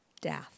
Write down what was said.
death